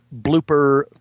blooper